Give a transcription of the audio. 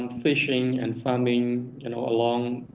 um fishing and farming you know along